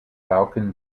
falcon